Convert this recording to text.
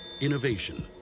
Innovation